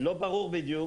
לא ברור בדיוק